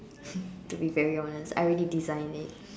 to be very honest I already designed it